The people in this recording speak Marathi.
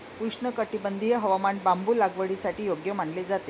उष्णकटिबंधीय हवामान बांबू लागवडीसाठी योग्य मानले जाते